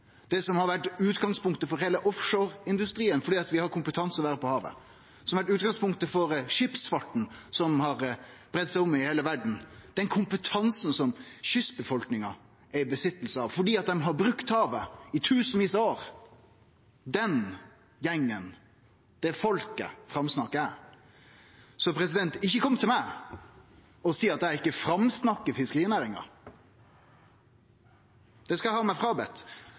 Det som har vore utgangspunktet for heile offshore-industrien, fordi vi har kompetanse til å vere på havet, det som har vore utgangspunktet for skipsfarten, som har breidd seg ut i heile verda, den kompetansen som kystbefolkninga har, fordi dei har brukt havet i tusenvis av år – den gjengen og det folket framsnakkar eg. Så ikkje kom til meg og seie at eg ikkje framsnakkar fiskerinæringa – det skal eg ha meg fråbedt